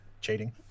cheating